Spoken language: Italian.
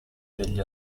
degli